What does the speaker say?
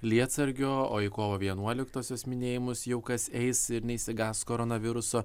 lietsargio o į kovo vienuoliktosios minėjimus jau kas eis ir neišsigąs koronaviruso